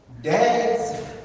Dad's